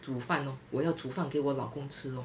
煮饭 lor 我要煮饭给我老公吃 lor